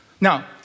Now